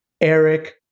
Eric